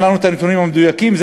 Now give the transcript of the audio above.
אין נתונים מדויקים,